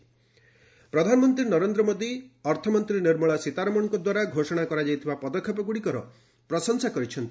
PM Sitharaman ପ୍ରଧାନମନ୍ତ୍ରୀ ନରେନ୍ଦ୍ର ମୋଦି ଅର୍ଥମନ୍ତ୍ରୀ ନିର୍ମଳା ସୀତାରମଣଙ୍କଦ୍ୱାରା ଘୋଷଣା କରାଯାଇଥିବା ପଦକ୍ଷେପଗୁଡ଼ିକର ପ୍ରଶଂସା କରିଛନ୍ତି